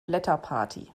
blätterparty